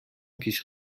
پیش